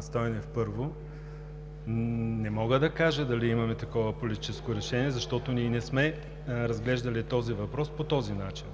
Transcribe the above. Стойнев, първо, не мога да кажа дали имаме такова политическо решение, защото ние не сме разглеждали този въпрос по този начин.